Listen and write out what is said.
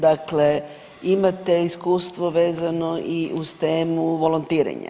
Dakle, imate iskustvo vezano i uz temu volontiranja.